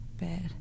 bad